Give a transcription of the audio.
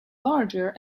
larger